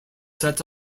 set